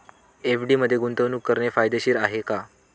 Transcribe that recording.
FD मध्ये गुंतवणूक करणे फायदेशीर आहे का?